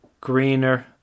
Greener